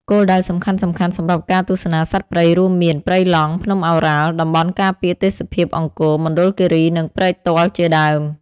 គោលដៅសំខាន់ៗសម្រាប់ការទស្សនាសត្វព្រៃរួមមាន ព្រៃឡង់ ភ្នំឱរ៉ាល់ តំបន់ការពារទេសភាពអង្គរ មណ្ឌលគិរី និងព្រែកទាល់ជាដើម។